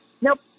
nope